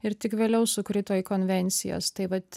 ir tik vėliau sukrito į konvencijas tai vat